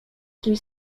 kimś